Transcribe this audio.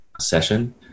session